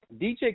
dj